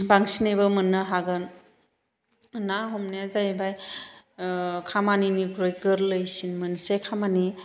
बांसिनैबो मोननो हागोन ना हमनाया जाहैबाय खामानिनख्रुय गोरलैसिन मोनसे खामानि